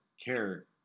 care